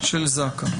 של זק"א.